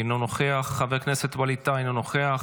אינו נוכח, חבר הכנסת ווליד טאהא, אינו נוכח,